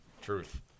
Truth